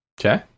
Okay